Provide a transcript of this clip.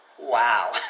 Wow